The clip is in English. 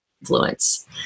influence